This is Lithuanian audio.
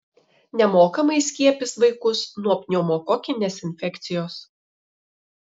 nemokamai skiepys vaikus nuo pneumokokinės infekcijos